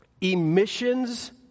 emissions